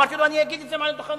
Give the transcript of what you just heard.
אמרתי לו: אני אגיד את זה מעל הדוכן.